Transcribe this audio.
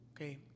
okay